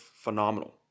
phenomenal